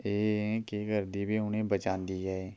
एह् केह् करदी कि उ'नेंगी बचांदी ऐ